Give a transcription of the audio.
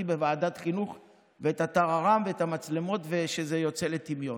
בוועדת חינוך ואת הטררם ואת המצלמות ושזה יוצא לטמיון.